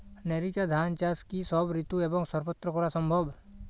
NERICA ধান চাষ কি সব ঋতু এবং সবত্র করা সম্ভব?